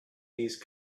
these